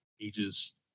ages